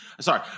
sorry